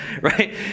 right